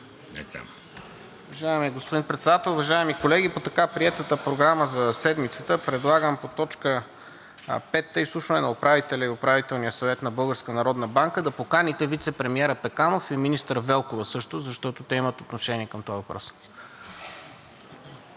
уважаеми колеги! По така приетата Програма за седмицата предлагам по точка пета – изслушване на управителя и Управителния съвет на Българската народна банка, да поканите вицепремиера Пеканов и министър Велкова също, защото те имат отношение към този въпрос.